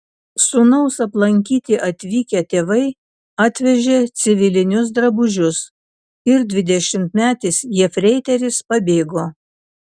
sūnaus aplankyti atvykę tėvai atvežė civilinius drabužius ir dvidešimtmetis jefreiteris pabėgo